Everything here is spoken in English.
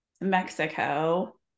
Mexico